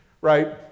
right